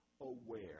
aware